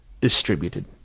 distributed